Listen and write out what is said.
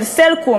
של "סלקום",